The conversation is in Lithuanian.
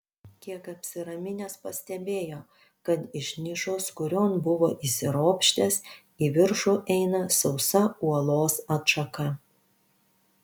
kiek apsiraminęs pastebėjo kad iš nišos kurion buvo įsiropštęs į viršų eina sausa uolos atšaka